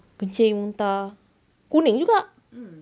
kencing muntah kuning juga